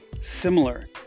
similar